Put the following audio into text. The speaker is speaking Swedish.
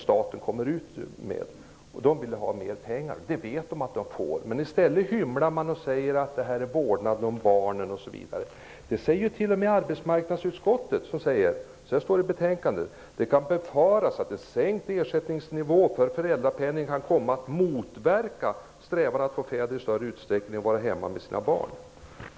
Staten vill ha mer pengar, och den vet att den får det. I stället hymlas det och det hävdas att det är fråga om vård av barn osv. Av arbetsmarknadsutskottets betänkande framgår det att det kan befaras att en sänkt ersättningsnivå för föräldrapenning kan komma att motverka strävan att få fäder att i större utsträckning vara hemma med sina barn.